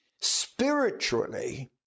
spiritually